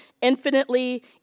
infinitely